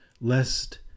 lest